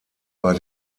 bei